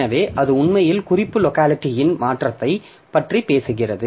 எனவே அது உண்மையில் குறிப்பு லோக்காலிட்டின் மாற்றத்தைப் பற்றி பேசுகிறது